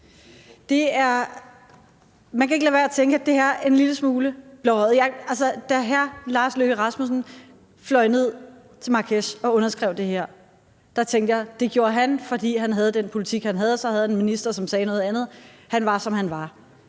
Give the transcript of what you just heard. hr. Lars Løkke Rasmussen fløj ned til Marrakesh og underskrev det her, tænkte jeg: Det gjorde han, fordi han havde den politik, han havde, og så havde han en minister, som sagde noget andet – han var, som han var.